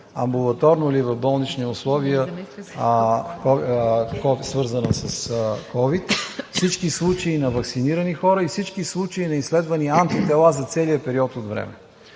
амбулаторно ли, или в болнични условия, свързана с ковид; всички случаи на ваксинирани хора и всички случаи на изследвани антитела за целия период от време.